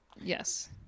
Yes